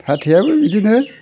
फाथैयाबो बिदिनो